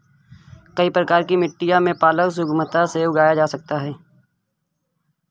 कई प्रकार की मिट्टियों में पालक सुगमता से उगाया जा सकता है